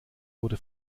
wurde